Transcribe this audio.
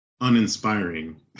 uninspiring